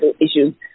issues